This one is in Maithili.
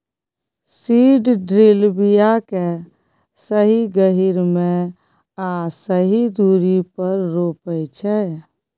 सीड ड्रील बीया केँ सही गहीर मे आ सही दुरी पर रोपय छै